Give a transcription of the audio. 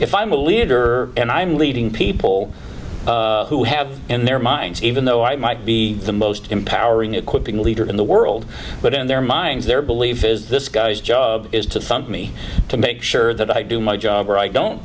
if i'm a leader and i'm leading people who have in their minds even though i might be the most empowering equipping leader in the world but in their minds their belief is this guy's job is to me to make sure that i do my job or i don't